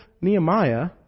Nehemiah